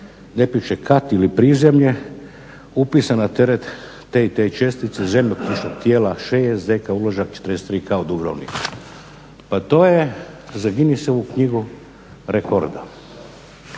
Ne piše kat ili prizemlje, upisan na teret te i te čestice, zemljopisnog tijela 6, z.k. uložak 43 kao Dubrovnik. Pa to je za Guinnessovu knjigu rekorda,